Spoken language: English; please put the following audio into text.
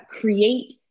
create